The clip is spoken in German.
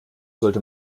sollte